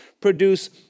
produce